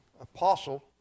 apostle